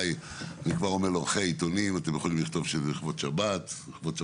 ואני כבר אומר לעורכי העיתונים: אתם יכולים לכתוב שזה לכבוד שבת קודש.